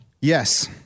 Yes